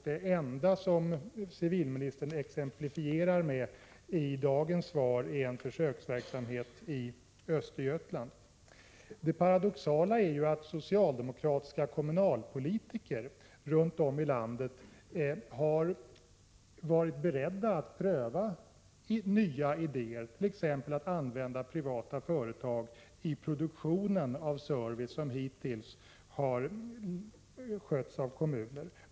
Det enda som civilministern exemplifierar med i dagens svar är en försöksverksamhet i Östergötland. Det paradoxala är att socialdemokratiska kommunalpolitiker runt om i landet har varit beredda att pröva nya idéer, t.ex. att använda privata företag när det gäller sådan service som hittills har skötts av kommunerna.